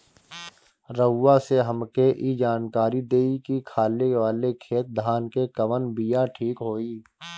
रउआ से हमके ई जानकारी देई की खाले वाले खेत धान के कवन बीया ठीक होई?